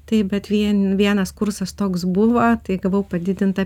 taip bet vien vienas kursas toks buvo tai gavau padidintą